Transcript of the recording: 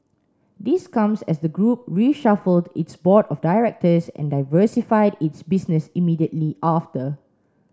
this comes as the group reshuffled its board of directors and diversified its business immediately after